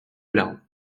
larmes